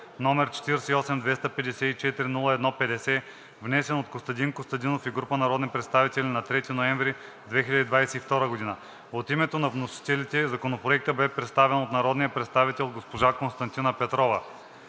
№ 48-254-01-50, внесен от Костадин Костадинов и група народни представители на 3 ноември 2022 г. От името на вносителите Законопроектът бе представен от народния представител госпожа Константина Петрова.